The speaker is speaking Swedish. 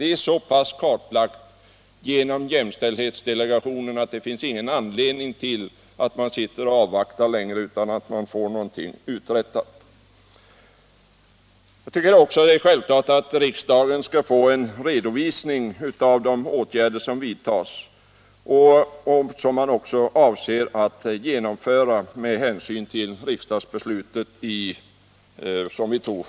Dessa frågor är så pass kartlagda av jämställdhetsdelegationen att det inte finns anledning att man längre sitter och avvaktar. Nu måste det uträttas någonting. Jag tycker också att det är självklart att riksdagen skall få en redovisning av de åtgärder som vidtas och av det som görs med anledning av riksdagsbeslutet förra året.